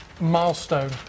milestone